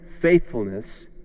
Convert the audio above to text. faithfulness